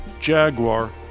Jaguar